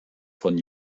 von